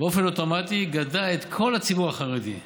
באופן אוטומטי הוא גדע את כל הציבור החרדי,